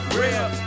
real